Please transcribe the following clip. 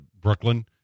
Brooklyn